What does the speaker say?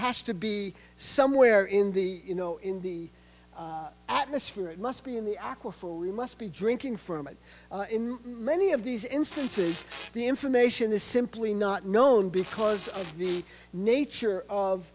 has to be somewhere in the you know in the atmosphere it must be in the aquifer we must be drinking from it in many of these instances the information is simply not known because of the nature of